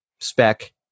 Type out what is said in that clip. spec